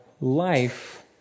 life